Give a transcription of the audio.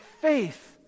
faith